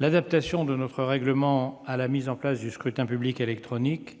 l'adaptation de notre règlement à la mise en place du scrutin public électronique,